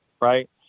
right